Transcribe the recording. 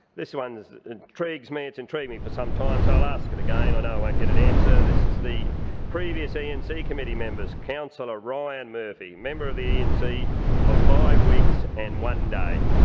this one intrigues me. it's intrigued me for some time so i'll ask it again. i know i won't get an answer. this is the previous e and c committee members councillor ryan murphy, member of the e and c for five weeks and one day.